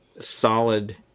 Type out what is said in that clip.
solid